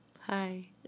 Hi